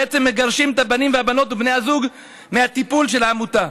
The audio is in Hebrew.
בעצם מגרשים את הבנים והבנות ובני הזוג מהטיפול של העמותה.